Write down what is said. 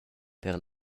per